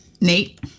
Nate